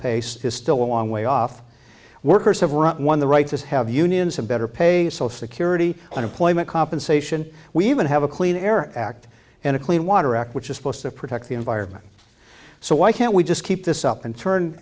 pace is still a long way off workers have right one the right to have unions have better pay social security unemployment compensation we even have a clean air act and a clean water act which is supposed to protect the environment so why can't we just keep this up and turn